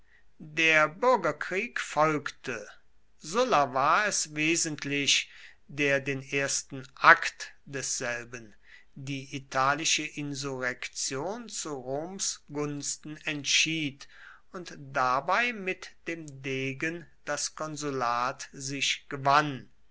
der bürgerkrieg folgte sulla war es wesentlich der den ersten akt desselben die italische insurrektion zu roms gunsten entschied und dabei mit dem degen das konsulat sich gewann